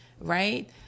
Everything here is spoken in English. right